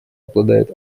обладает